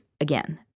again